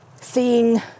seeing